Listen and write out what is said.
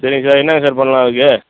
சரிங்க சார் என்னங்க சார் பண்ணலாம் அதுக்கு